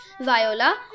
viola